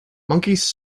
monkeys